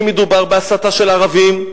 אם מדובר בהסתה של ערבים,